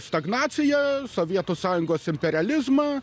stagnaciją sovietų sąjungos imperializmą